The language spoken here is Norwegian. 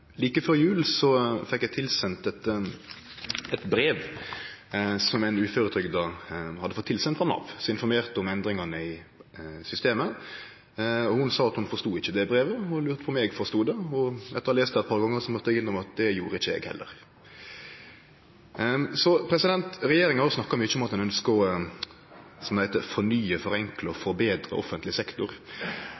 Like før jul fekk eg tilsendt eit brev som ein uføretrygda hadde fått tilsendt frå Nav, som informerte om endringane i systemet. Ho sa at ho forstod ikkje det brevet – ho lurte på om eg forstod det. Etter å ha lese det eit par gonger måtte eg innrømme at det gjorde ikkje eg heller. Regjeringa har snakka mykje om at ho ønskjer å – som det heiter – fornye, forenkle og